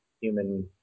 human